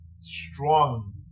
strong